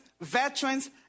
veterans